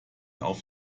auf